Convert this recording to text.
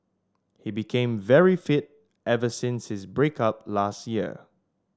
he became very fit ever since his break up last year